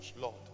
lord